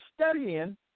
studying